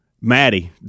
Maddie